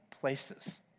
places